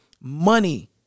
money